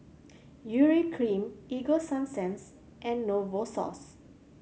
Urea Cream Ego Sunsense and Novosource